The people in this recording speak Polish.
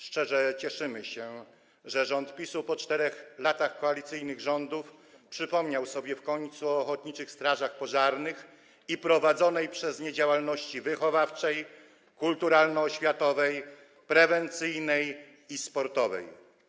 Szczerze cieszymy się, że rząd PiS-u po 4 latach koalicyjnych rządów przypomniał sobie w końcu o ochotniczych strażach pożarnych i prowadzonej przez nie działalności wychowawczej, kulturalno-oświatowej, prewencyjnej i sportowej.